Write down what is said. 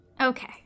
Okay